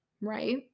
right